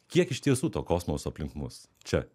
kiek iš tiesų to kosmoso aplink mus čia